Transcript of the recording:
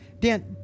Dan